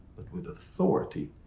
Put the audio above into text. but with authority.